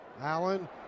Allen